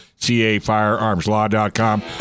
CAFIREARMSLAW.com